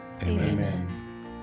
Amen